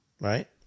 right